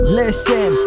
listen